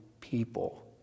people